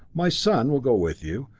my son will go with you,